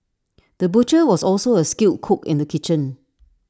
the butcher was also A skilled cook in the kitchen